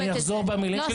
סליחה, אני אחזור במילים שלי.